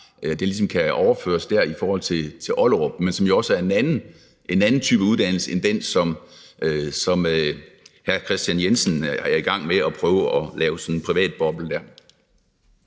kan overføres der i forhold til Ollerup, men som jo også er en anden type uddannelse end den, som hr. Kristian Jensen er i gang med at prøve at lave